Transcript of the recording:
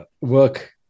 work